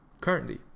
currently